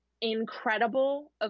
incredible